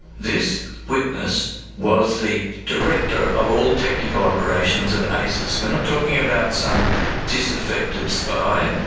this witness was the director of all technical operations of asis. we're not talking about some disaffected spy,